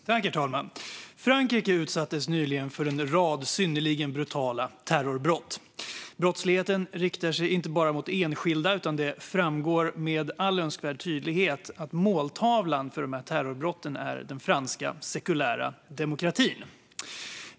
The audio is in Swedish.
Herr ålderspresident! Frankrike utsattes nyligen för en rad synnerligen brutala terrorbrott. Brottsligheten riktar sig inte bara mot enskilda, utan det framgår med all önskvärd tydlighet att måltavlan för dessa terrorbrott är den franska sekulära demokratin.